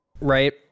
right